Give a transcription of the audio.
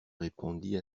répondit